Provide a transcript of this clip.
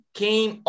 came